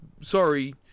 sorry